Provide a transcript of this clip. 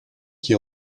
qui